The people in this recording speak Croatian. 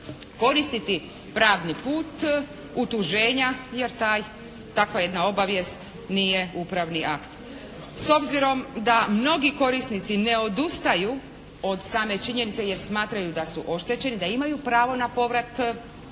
koristiti pravni put utuženja jer takva jedna obavijest nije upravni akt. S obzirom da mnogi korisnici ne odustaju od same činjenice jer smatraju da su oštećeni, da imaju pravo na povrat ili da